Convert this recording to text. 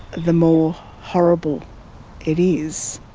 the more horrible it is.